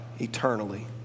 eternally